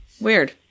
weird